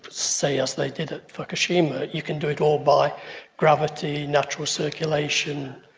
say as they did at fukushima, you can do it all by gravity, natural circulation.